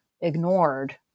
ignored